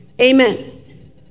Amen